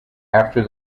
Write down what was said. after